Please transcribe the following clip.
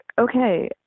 okay